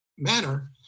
Manner